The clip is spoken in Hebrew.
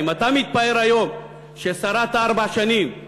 אם אתה מתפאר היום ששרדת ארבע שנים,